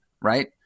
right